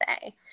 say